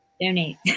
donate